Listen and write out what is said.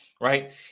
right